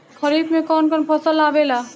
खरीफ में कौन कौन फसल आवेला?